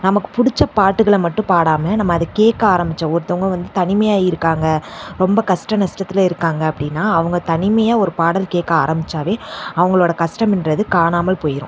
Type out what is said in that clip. நமக்கு பிடிச்ச பாட்டுகளை மட்டும் பாடாமல் நம்ம அதை கேட்க ஆரம்பித்த ஒருத்தவங்க வந்து தனிமையாக இருக்காங்க ரொம்ப கஷ்ட நஷ்டத்துல இருக்காங்க அப்படின்னா அவங்க தனிமையாக ஒரு பாடல் கேட்க ஆரம்பித்தாவே அவங்களோட கஷ்டம் என்றது காணாமல் போயிடும்